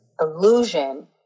illusion